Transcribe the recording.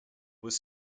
was